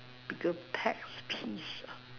biggest pet peeves ah